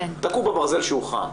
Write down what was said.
תכו בברזל כשהוא חם.